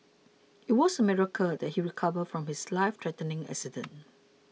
it was a miracle that he recovered from his lifethreatening accident